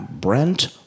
Brent